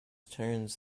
turns